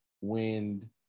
Wind